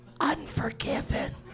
Unforgiven